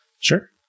Sure